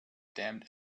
damned